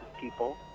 people